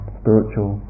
spiritual